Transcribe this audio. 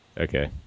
Okay